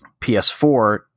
PS4